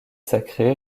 sacrée